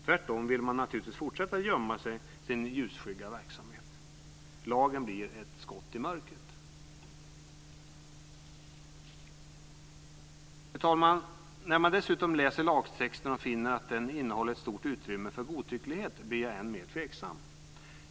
Tvärtom vill man naturligtvis gömma sin ljusskygga verksamhet. Lagen blir ett skott i mörkret. Fru talman! När man dessutom läser lagtexten och finner att den lämnar ett stort utrymme för godtycklighet blir jag än mer tveksam.